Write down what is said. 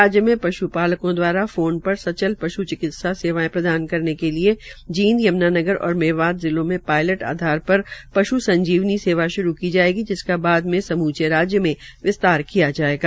राज्य में पश्पालकों द्वारा फोन पर सचल पश् और चिकित्सा सेवायें प्रदान करने के लिये जींद यमुनानगर और मेवात जिलों में पायलट आधार पर पशु संजीवनी सेवा शुरू की जायेगी जिसका बाद में समुचे राज्य में विस्तार किया जायेगा